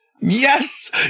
Yes